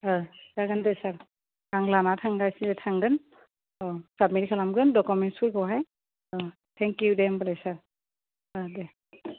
जागोन दे सार आं लाना थांगासिनो थांगोन अ साबमिट खालामगोन डकुमेन्सफोरखौहाय अ थेंक इउ दे होमब्लालाय सार अ दे